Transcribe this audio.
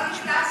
נקלט לי.